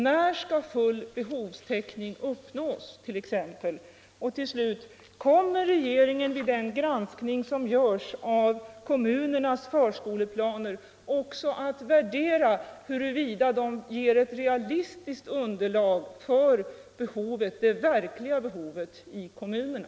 När skall full behovstäckning uppnås? Kommer regeringen vid den granskning som görs av kommunernas förskoleplaner också att värdera huruvida de ger ett realistiskt underlag för att bedöma det verkliga behovet i kommunerna?